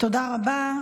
תודה רבה.